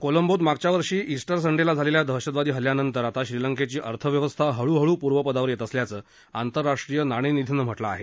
कोलंबोत मागच्या वर्षी उटर संडेला झालेल्या दहशतवादी हल्ल्यानंतर आता श्रीलंकेची अर्थव्यवस्था हळूहळू पूर्वपदावर येत असल्याचं आंतरराष्ट्रीय नाणेनिधीनं म्हटलं आहे